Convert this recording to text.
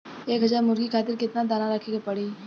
एक हज़ार मुर्गी खातिर केतना दाना रखे के पड़ी?